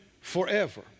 forever